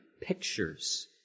pictures